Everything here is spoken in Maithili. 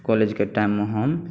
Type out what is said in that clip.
कॉलेज के टाइममे हम